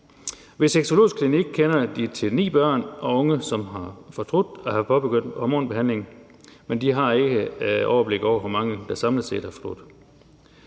Ved Sexologisk Klinik kender de til de ni børn og unge, som har fortrudt at have påbegyndt en hormonbehandling, men de har ikke overblik over, hvor mange der samlet set har fortrudt.